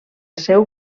seu